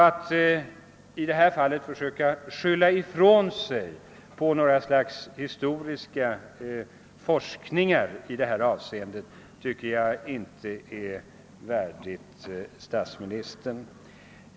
Att nu försöka skylla ifrån sig med hjälp av något slags historisk forskning tycker jag inte är värdigt statsministern.